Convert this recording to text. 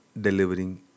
delivering